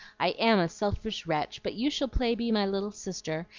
i am a selfish wretch, but you shall play be my little sister,